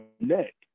neck